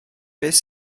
beth